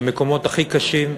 במקומות הכי קשים,